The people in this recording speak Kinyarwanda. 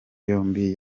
yombi